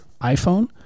iPhone